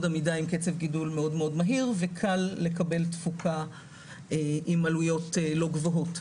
עמידה עם קצב גידול מאוד מאוד מהיר וקל לקבל תפוקה עם עלויות לא גבוהות.